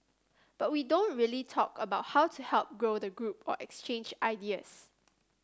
but we don't really talk about how to help grow the group or exchange ideas